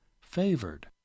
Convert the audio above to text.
favored